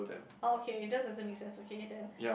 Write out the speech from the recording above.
okay just doesn't make sense okay then